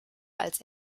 als